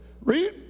read